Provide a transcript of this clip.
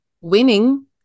Winning